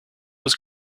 was